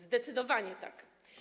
Zdecydowanie tak.